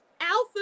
Alpha